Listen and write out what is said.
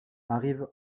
arrive